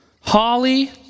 holly